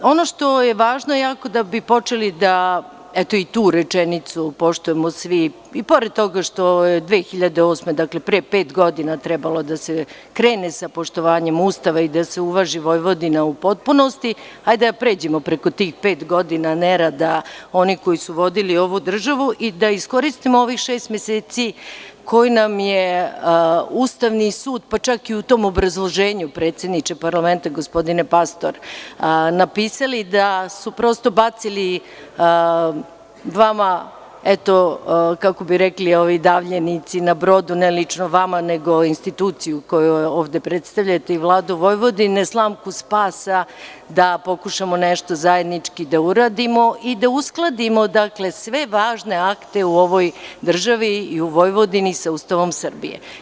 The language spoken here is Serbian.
Ono što je jako važno da bi počeli da, eto i tu rečenicu poštujemo svi, i pored toga što je 2008. godine, pre pet godina, trebalo da se krene sa poštovanjem Ustava i da se uvaži Vojvodina u potpunosti, hajde da pređemo preko tih pet godina nerada onih koji su vodili ovu državu i da iskoristimo ovih šest meseci koje nam je Ustavni sud, pa čak i u tom obrazloženju, predsedniče parlamenta, gospodine Pastor, napisali, da su prosto bacili vama, kako bi rekli ovi davljenici na brodu, ne lično vama, nego instituciju koju ovde predstavljate i Vladu Vojvodine, slamku spasa da pokušamo nešto zajednički da uradimo i da uskladimo sve važne akte u ovoj državi i u Vojvodini sa Ustavom Srbije.